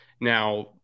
Now